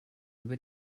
über